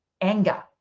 anger